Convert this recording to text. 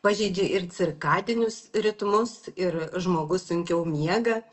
pažeidžia ir cirkadinius ritmus ir žmogus sunkiau miega